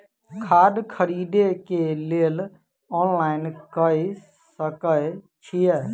खाद खरीदे केँ लेल ऑनलाइन कऽ सकय छीयै?